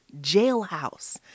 jailhouse